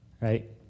Right